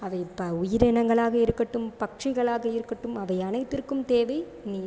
அவை இப்போ உயிரினங்களாக இருக்கட்டும் பக்ஷிகளாக இருக்கட்டும் அவை அனைத்திற்கும் தேவை நீர்